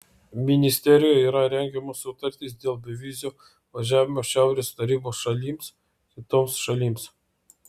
ministerijoje yra rengiamos sutartys dėl bevizio važiavimo šiaurės tarybos šalims kitoms šalims